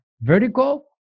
vertical